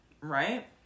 right